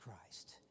Christ